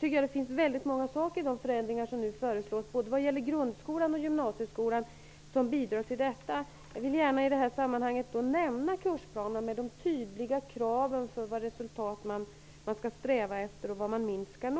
vill jag säga att det i de förändringar som nu föreslås, både vad gäller grundskola och gymnasieskola, finns mycket som bidrar. Jag vill i detta sammanhang gärna nämna kursplanerna, med de tydliga kraven på vilka resultat man skall sträva efter och vad man minst skall uppnå.